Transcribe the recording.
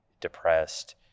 depressed